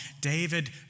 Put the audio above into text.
David